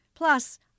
plus